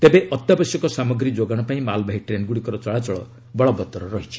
ତେବେ ଅତ୍ୟାବଶ୍ୟକ ସାମଗ୍ରୀର ଯୋଗାଣ ପାଇଁ ମାଲବାହି ଟ୍ରେନ୍ଗ୍ରଡ଼ିକର ଚଳାଚଳ ଜାରି ରହିବ